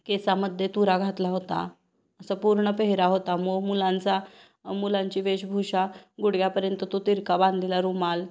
केसामध्ये तुरा घातला होता असा पूर्ण पेहराव होता मो मुलांचा मुलांची वेशभूषा गुडघ्यापर्यंत तो तिरका बांधलेला रुमाल